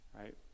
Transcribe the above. right